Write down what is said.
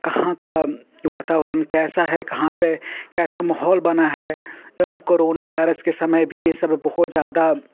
कहाँ का वातावरण कैसा है कहाँ पर कैसा माहौल बना है कोरोना वायरस के समय भी यह सब बहुत ज़्यादा